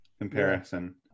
comparison